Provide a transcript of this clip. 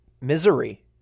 Misery